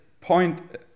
point